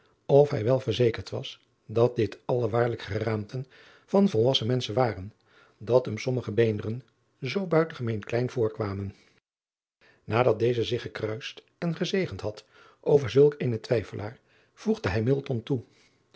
of hij wel verzekerd was dat dit alle waarlijk geraamten van volwassen menschen waren dat hem sommige beenderen zoo buitengemeen klein voorkwamen adat deze zich gekruist en gezegend had over zulk eenen twijfelaar voegde hij toe